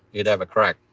he'd have a crack.